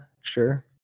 sure